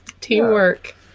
Teamwork